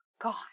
God